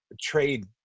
trade